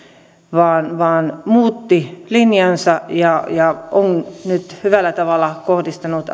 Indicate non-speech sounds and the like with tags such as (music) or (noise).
vaan vaan muutti linjansa ja ja on nyt hyvällä tavalla kohdistanut (unintelligible)